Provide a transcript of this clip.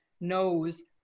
knows